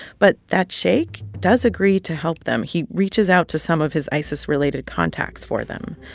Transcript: but that sheikh does agree to help them. he reaches out to some of his isis-related contacts for them.